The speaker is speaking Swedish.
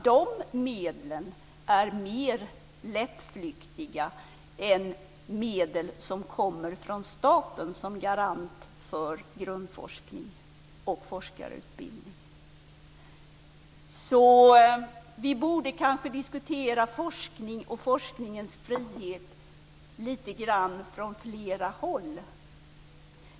De medlen är mer lättflyktiga än medel som kommer från staten som garant för grundforskning och forskarutbildning. Vi borde kanske diskutera friheten i forskningen från flera håll.